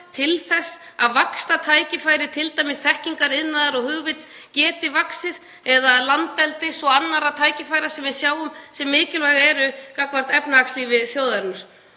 til þess að vaxtartækifæri, t.d. þekkingariðnaðar og hugvits, geti vaxið, eða landeldi og önnur tækifæri sem við sjáum sem mikilvæg eru í efnahagslífi þjóðarinnar.